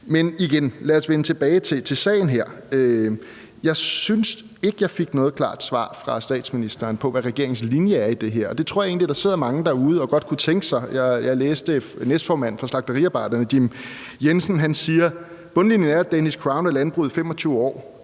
Men igen, lad os vende tilbage til sagen her. Jeg synes ikke, jeg fik noget klart svar fra statsministeren på, hvad regeringens linje er i det her. Og det tror jeg egentlig der sidder mange derude og godt kunne tænke sig. Jeg læste, at næstformanden for slagteriarbejderne, Jim Jensen, siger: Bundlinjen er, at Danish Crown og landbruget i 25 år